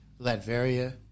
Latveria